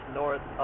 north